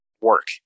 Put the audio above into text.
work